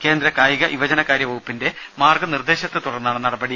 കേന്ദ്രകായിക യുവജനകാര്യ വകുപ്പിന്റെ മാർഗനിർദേശത്തെ തുടർന്നാണ് നടപടി